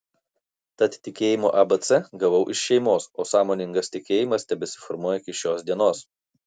tad tikėjimo abc gavau iš šeimos o sąmoningas tikėjimas tebesiformuoja iki šios dienos